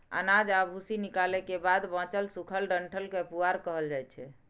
अनाज आ भूसी निकालै के बाद बांचल सूखल डंठल कें पुआर कहल जाइ छै